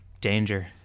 danger